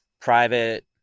private